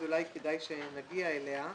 אז אולי כדאי שנגיע אליה.